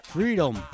Freedom